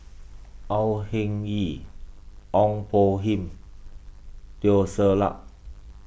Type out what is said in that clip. Au Hing Yee Ong Poh Lim Teo Ser Luck